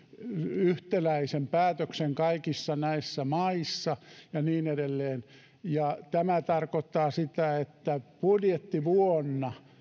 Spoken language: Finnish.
yhtäläisen päätöksen kaikissa näissä maissa ja niin edelleen tämä tarkoittaa sitä että budjettivuonna